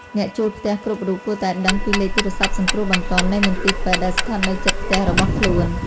អ្នកជួលផ្ទះគ្រប់រូបគួរតែដឹងពីលេខទូរស័ព្ទសង្គ្រោះបន្ទាន់នៃមន្ទីរពេទ្យដែលស្ថិតនៅជិតផ្ទះរបស់ខ្លួន។